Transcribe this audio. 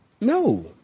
No